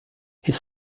his